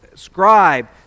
scribe